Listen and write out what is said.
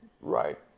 Right